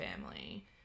family